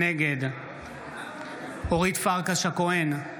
נגד אורית פרקש הכהן,